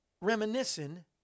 reminiscing